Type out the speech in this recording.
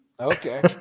Okay